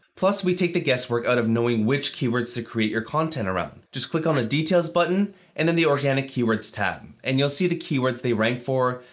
plus, we take the guesswork out of knowing which keywords to create your content around. just click on the details button and then the organic keywords tab, and you'll see the keywords they rank for,